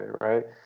right